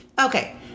Okay